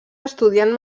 estudiant